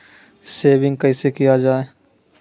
Saving कैसै किया जाय?